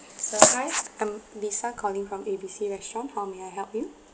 okay so hi I'm lisa calling from A B C restaurant how may I help you